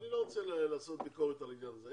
אני לא רוצה לעשות ביקורת על העניין זה.